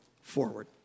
forward